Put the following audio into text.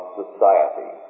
society